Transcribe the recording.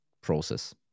process